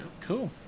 Cool